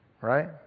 right